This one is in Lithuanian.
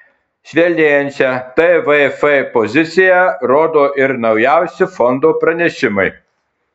švelnėjančią tvf poziciją rodo ir naujausi fondo pranešimai